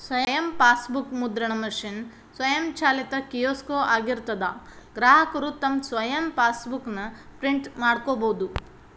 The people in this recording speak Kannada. ಸ್ವಯಂ ಫಾಸ್ಬೂಕ್ ಮುದ್ರಣ ಮಷೇನ್ ಸ್ವಯಂಚಾಲಿತ ಕಿಯೋಸ್ಕೊ ಆಗಿರ್ತದಾ ಗ್ರಾಹಕರು ತಮ್ ಸ್ವಂತ್ ಫಾಸ್ಬೂಕ್ ನ ಪ್ರಿಂಟ್ ಮಾಡ್ಕೊಬೋದು